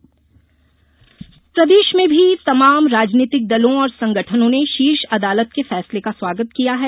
फैसला स्वागत प्रदेश में भी तमाम राजनीतिक दलों और संगठनों ने शीर्ष अदालत के फैसले का स्वागत किया है